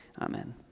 Amen